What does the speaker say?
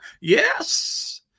Yes